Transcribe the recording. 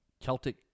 Celtic